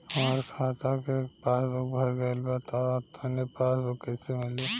हमार खाता के पासबूक भर गएल बा त नया पासबूक कइसे मिली?